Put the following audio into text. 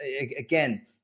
again